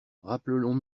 rappelons